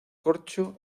corcho